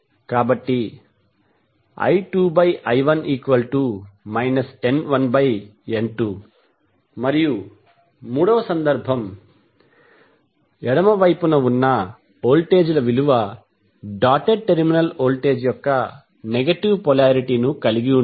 కాబట్టి I2I1 N1N2 మరియు మూడవ కేసు ఎడమ వైపున ఉన్న వోల్టేజ్ల విలువ డాటెడ్ టెర్మినల్ వోల్టేజ్ యొక్క నెగటివ్ పొలారిటీ ను కలిగి ఉంటుంది